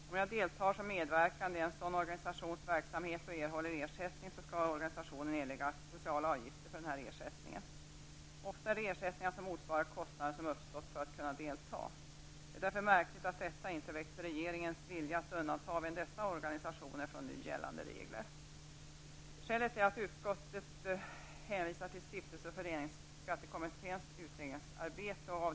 Om man deltar som medverkande i en sådan organisations verksamhet och erhåller ersättning skall organisationen erlägga sociala avgifter för denna ersättning. Ofta är det ersättningar som motsvarar kostnader som uppstått för att man skall kunna delta. Det är märkligt att detta inte väckt regeringens vilja att undanta även dessa organisationer från nu gällande regler. Utskottet hänvisar till stiftelse och föreningsskattekommitténs utredningsarbete.